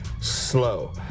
slow